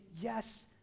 yes